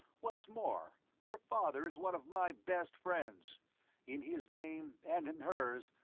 what's more, her father is one of my best friends in his name, and in hers,